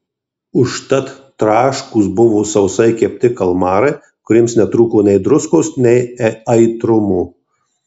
užtat traškūs buvo sausai kepti kalmarai kuriems netrūko nei druskos nei aitrumo